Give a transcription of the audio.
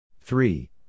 three